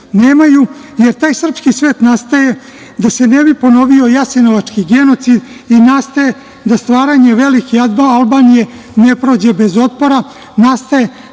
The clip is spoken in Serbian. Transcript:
jer taj srpski svet nastaje da se ne bi ponovio Jasenovački genocid i nastajanje velike Albanije ne prođe bez otpora,